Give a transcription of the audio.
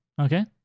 Okay